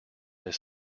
this